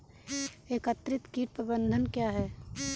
एकीकृत कीट प्रबंधन क्या है?